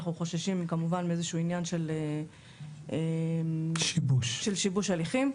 אנחנו חוששים כמובן מאיזשהו עניין של שיבוש הליכים,